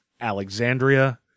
Alexandria